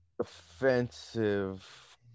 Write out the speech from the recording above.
offensive